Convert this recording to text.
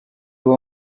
uwo